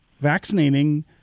vaccinating